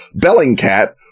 Bellingcat